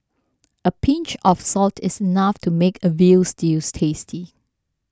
a pinch of salt is enough to make a Veal Stew tasty